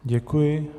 Děkuji.